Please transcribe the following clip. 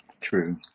True